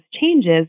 changes